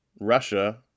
Russia